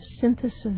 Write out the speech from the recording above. synthesis